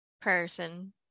person